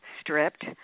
Stripped